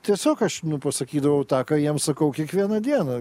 tiesiog aš pasakydavau tą ką jiems sakau kiekvieną dieną